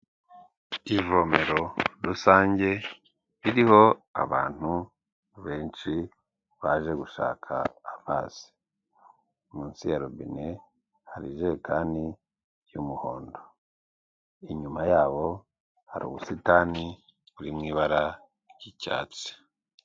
Ivomero rusange ririho abantu benshi baje gushaka amazi. Munsi ya robine hari ijerekani y'umuhondo. Inyuma yabo hari ubusitani buri mu ibara ry'icyatsi.